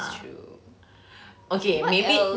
it's true what else